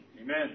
Amen